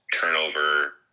turnover